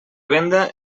venda